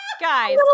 guys